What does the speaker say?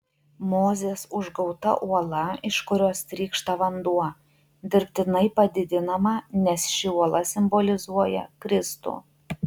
mozės užgauta uola iš kurios trykšta vanduo dirbtinai padidinama nes ši uola simbolizuoja kristų